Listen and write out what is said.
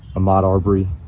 ahmaud arbery,